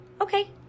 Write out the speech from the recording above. Okay